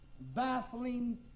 baffling